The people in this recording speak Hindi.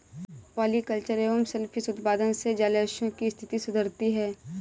पॉलिकल्चर एवं सेल फिश उत्पादन से जलाशयों की स्थिति सुधरती है